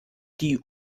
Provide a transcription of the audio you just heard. die